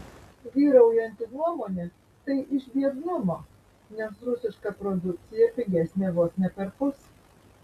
vyraujanti nuomonė tai iš biednumo nes rusiška produkcija pigesnė vos ne perpus